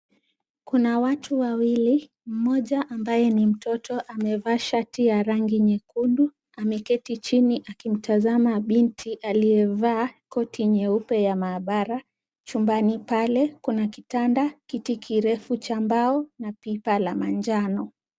Kuna watu wawili, mmoja ambaye ni mtoto amevaa shati ya rangi nyekundu, ameketi chini akimtazama binti aliyevaa, koti nyeupe ya maabara. Chumbani pale kuna kitanda, kiti kirefu cha mbao na pipa la manjano.